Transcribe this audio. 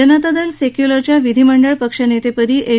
जनता दल सेक्यूलरच्या विधिमंडळ पक्षनेतेपदी एच